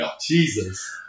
Jesus